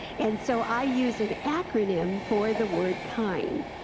and so i use an acronym for the word kind.